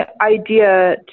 idea